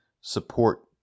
support